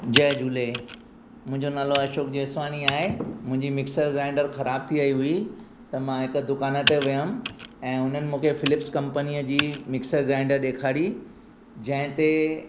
जय झूले मुंहिंजो नालो अशोक जेसवानी आहे मुंहिंजी मिक्सर ग्राइंडर ख़राबु थी वेई हुई त मां हिकु दुकान ते वियुमि ऐं उन्हनि मूंखे फ़िलिप्स कंपनीअ जी मिक्सर ग्राइंडर ॾेखारी जंहिं ते